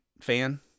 fan